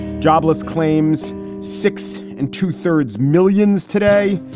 jobless claims six and two thirds millions today.